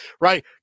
right